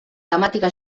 temàtica